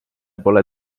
pole